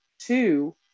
Two